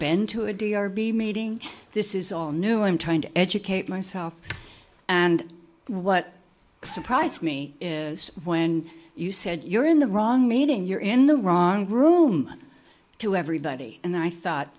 been to a d r be meeting this is all new i'm trying to educate myself and what surprised me was when you said you're in the wrong meeting you're in the wrong room to everybody and i thought